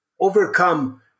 overcome